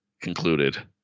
concluded